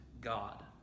God